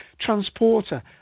Transporter